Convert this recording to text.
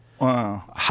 Wow